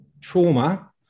trauma